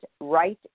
right